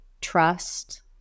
trust